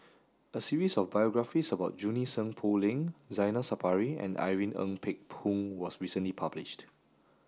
a series of biographies about Junie Sng Poh Leng Zainal Sapari and Irene Ng Phek Hoong was recently published